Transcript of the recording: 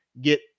get